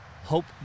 Hope